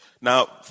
Now